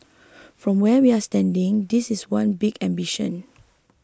from where we're standing that is one big ambition